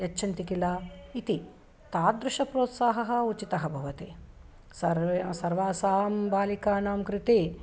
यच्छन्ति किल इति तादृशः प्रोत्साहनः उचितः भवति सर्वे सर्वासां बालिकानां कृते